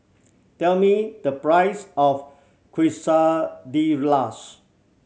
tell me the price of Quesadillas